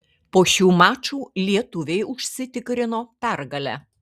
po šių mačų lietuviai užsitikrino pergalę